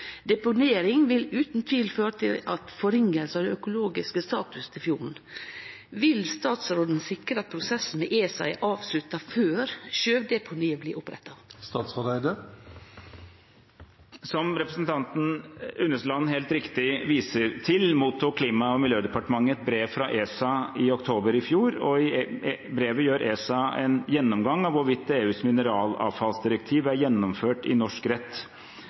føre til en forringelse av den økologiske statusen til fjorden. Vil statsråden sikre at prosessen med ESA er avsluttet før sjødeponiet blir opprettet?» Som representanten Unneland land helt riktig viser til, mottok Klima- og miljødepartementet et brev fra ESA i oktober i fjor, og i brevet gjør ESA en gjennomgang av hvorvidt EUs mineralavfallsdirektiv er gjennomført i norsk rett.